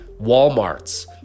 Walmarts